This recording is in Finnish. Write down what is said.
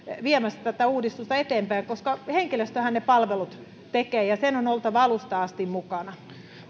viemässä tätä uudistusta eteenpäin henkilöstöhän ne palvelut tekee ja sen on oltava alusta asti mukana